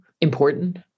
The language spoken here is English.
important